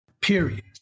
period